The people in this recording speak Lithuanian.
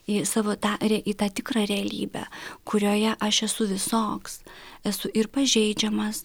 į savo tą ri į tą tikrą realybę kurioje aš esu visoks esu ir pažeidžiamas